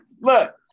look